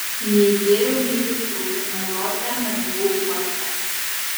nei gėriau nei rūkiau ir mergos dar nebuvau uostęs